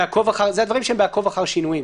אלה דברים שהם ב"עקוב אחר שינויים".